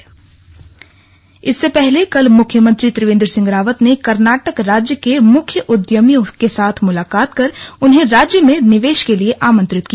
आमंत्रण इससे पहले कल मुख्यमंत्री त्रिवेन्द्र सिंह रावत ने कर्नाटक राज्य के प्रमुख उद्यमियों के साथ मुलाकात कर उन्हें राज्य में निवेश के लिए आमंत्रित किया